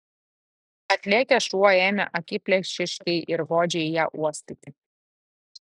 atlėkęs šuo ėmė akiplėšiškai ir godžiai ją uostyti